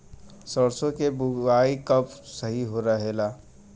सरसों क बुवाई कब सही रहेला?